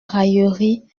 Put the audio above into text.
raillerie